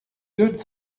good